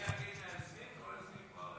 אני היחיד מבין היוזמים?